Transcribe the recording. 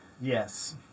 Yes